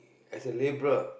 as a labourer